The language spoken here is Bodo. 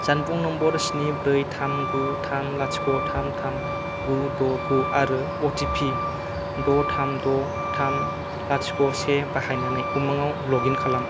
जानबुं नम्बर स्नि ब्रै थाम गु थाम लाथिख' थाम थाम गु द' गु आरो अ टि पि द' थाम द' थाम लाथिख' से बाहायनानै उमांआव लग इन खालाम